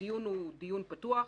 הדיון הוא דיון פתוח,